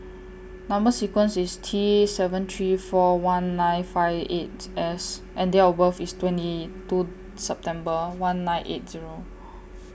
Number sequence IS T seven three four one nine five eight S and Date of birth IS twenty two September one nine eight Zero